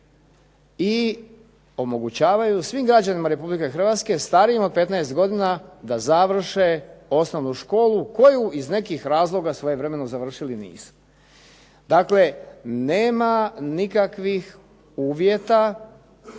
i omogućavaju svim građanima Republike Hrvatske starijim od 15 godina, da završe osnovnu školu koji iz nekih razloga svojevremeno nisu završili. Dakle, nema nikakvih uvjeta,